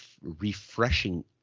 refreshing